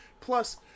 Plus